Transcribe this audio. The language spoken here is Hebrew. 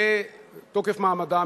בתוקף מעמדם,